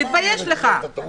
פה יש שתי תקנות